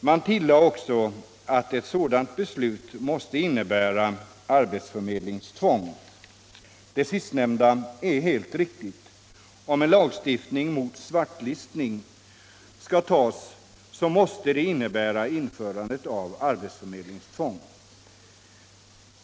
Man tillade också att en sådan lagstiftning måste medföra arbetsförmedlingstvång. Detta är helt riktigt. Om en lagstiftning mot svartlistning antas måste man samtidigt införa arbetsförmedlingstvång.